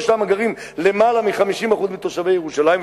ששם גרים למעלה מ-50% מתושבי ירושלים,